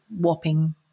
whopping